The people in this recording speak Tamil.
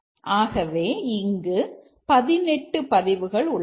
ஆகவே இங்கு 18 பதிவுகள் உள்ளன